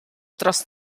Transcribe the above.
dros